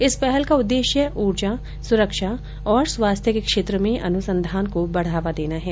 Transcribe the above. इस पहल का उद्देश्य ऊर्जा सुरक्षा और स्वास्थ्य के क्षेत्र में अनुसंधान को बढ़ावा देना है